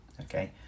Okay